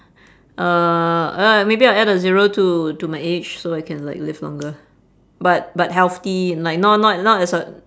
uh uh maybe I'll add a zero to to my age so I can like live longer but but healthy like not not not as a